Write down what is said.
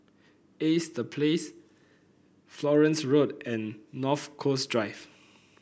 Ace The Place Florence Road and North Coast Drive